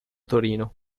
torino